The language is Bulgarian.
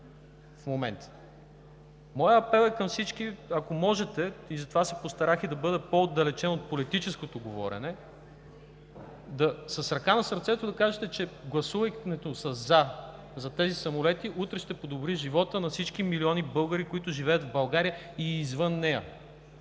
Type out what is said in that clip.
Моят апел е към всички. Ако можете, затова се постарах и да бъда по-отдалечен от политическото говорене, с ръка на сърцето да кажете, че гласуването със „за“ за тези самолети утре ще подобри живота на всички милиони българи, които живеят в България и извън нея,